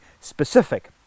specific